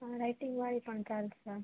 writing વાળી પણ ચાલશે